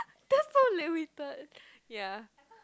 that's so limited ya